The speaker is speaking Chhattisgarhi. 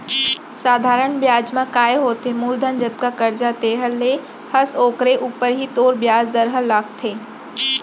सधारन बियाज म काय होथे मूलधन जतका करजा तैंहर ले हस ओकरे ऊपर ही तोर बियाज दर ह लागथे